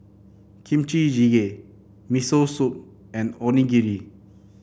Kimchi Jjigae Miso Soup and Onigiri